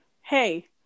hey